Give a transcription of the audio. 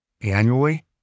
annually